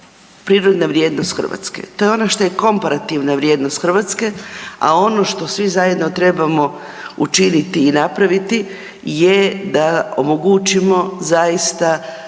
prirodna vrijednost Hrvatske, to je ono što je komparativna vrijednost Hrvatske, a ono što svi zajedno trebamo učiniti i napraviti je da omogućimo zaista